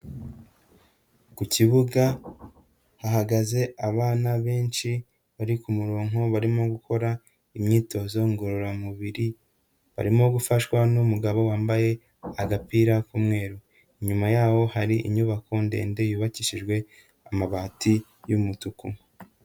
Ku kibuga hahagaze abana benshi bari ku murongo barimo gukora imyitozo ngororamubiri, barimo gufashwa n'umugabo wambaye agapira k'umweru, inyuma yaho hari inyubako ndende yubakishijwe amabati y'umutuku.